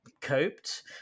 coped